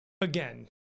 again